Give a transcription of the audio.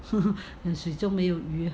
你死都没有鱼 ah